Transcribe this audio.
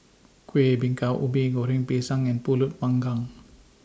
Kueh Bingka Ubi Goreng Pisang and Pulut Panggang